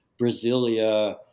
Brasilia